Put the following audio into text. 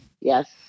Yes